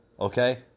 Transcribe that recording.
okay